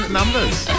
numbers